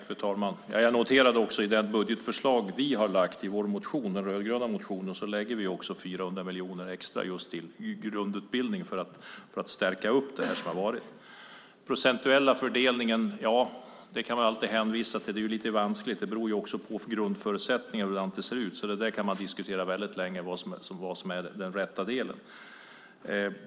Fru talman! I den rödgröna budgetmotionen lägger vi 400 miljoner extra på grundutbildningen för att stärka denna. Den procentuella fördelningen kan man alltid hänvisa till, men lite vanskligt är det. Hur det ser ut beror ju också på grundförutsättningar, så man kan väldigt länge diskutera vad som är rätt del.